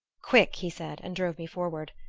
quick! he said and drove me forward.